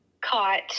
caught